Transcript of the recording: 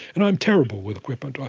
and i'm terrible with equipment,